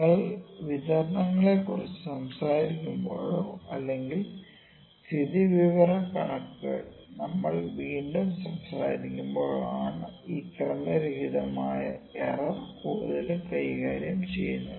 നിങ്ങൾ വിതരണങ്ങളെക്കുറിച്ച് സംസാരിക്കുമ്പോഴോ അല്ലെങ്കിൽ സ്ഥിതിവിവരക്കണക്കുകളിൽ നമ്മൾ വീണ്ടും സംസാരിക്കുമ്പോഴോ ആണ് ഈ ക്രമരഹിതമായ എറർ കൂടുതലും കൈകാര്യം ചെയ്യുന്നത്